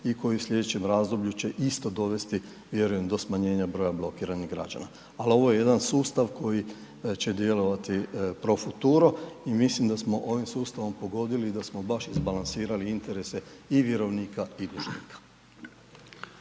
i koji će u sljedećem razdoblju će isto dovesti vjerujem do smanjenja broja blokiranih građana. Ali ovo je jedan sustav koji će djelovati pro futuro i mislim da smo ovim sustavom pogodili i da smo baš izbalansirali interese i vjerovnika i dužnika.